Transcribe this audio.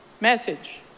Message